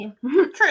True